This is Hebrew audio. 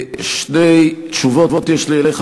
שני תשובות יש לי אליך,